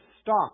stop